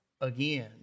again